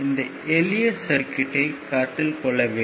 இந்த எளிய சர்க்யூட்யைக் கருத்தில் கொள்ள வேண்டும்